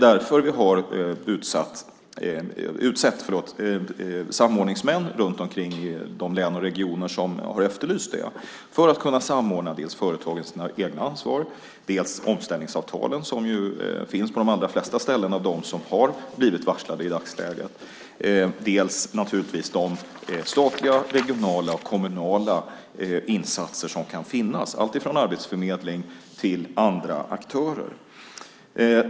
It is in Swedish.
Därför har vi utsett samordningsmän i de län och regioner som efterlyst det för att kunna samordna företagens eget ansvar, omställningsavtalet, som ju finns på de allra flesta av de ställen som blivit varslade i dagsläget, samt de statliga, regionala och kommunala insatser som kan finnas, både Arbetsförmedlingen och andra aktörer.